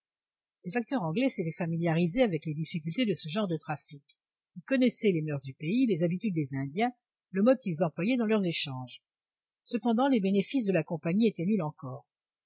les facteurs anglais s'étaient familiarisés avec les difficultés de ce genre de trafic ils connaissaient les moeurs du pays les habitudes des indiens le mode qu'ils employaient dans leurs échanges cependant les bénéfices de la compagnie étaient nuls encore